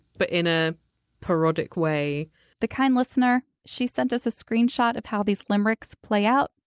but in a parodic way the kind listener, she sent us a screenshot of how these limericks play out.